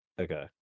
Okay